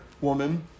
woman